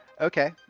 okay